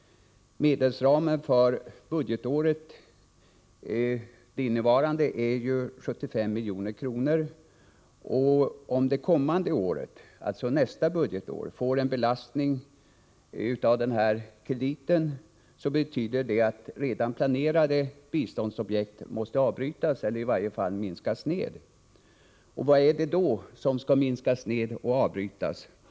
Medelsramen för det innevarande budgetåret är 75 milj.kr. Om nästa budgetår får en belastning av den här krediten betyder det att redan planerade biståndsobjekt måste avbrytas eller i varje fall minskas. Vad är det då som skall minskas eller avbrytas?